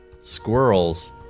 squirrels